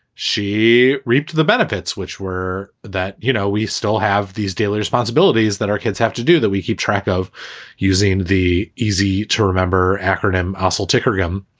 she reaped the benefits, which were that, you know, we still have these daily responsibilities that our kids have to do, that we keep track of using the easy to remember acronym assal ticker wiggum,